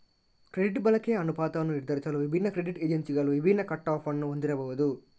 credit ಬಳಕೆಯ ಅನುಪಾತವನ್ನು ನಿರ್ಧರಿಸಲು ವಿಭಿನ್ನ ಕ್ರೆಡಿಟ್ ಏಜೆನ್ಸಿಗಳು ವಿಭಿನ್ನ ಕಟ್ ಆಫ್ ಅನ್ನು ಹೊಂದಿರಬಹುದು